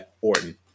Orton